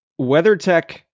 WeatherTech